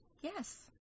Yes